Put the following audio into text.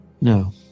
No